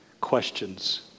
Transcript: questions